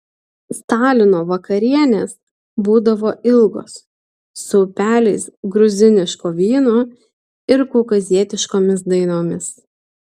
stalino vakarienės būdavo ilgos su upeliais gruziniško vyno ir kaukazietiškomis dainomis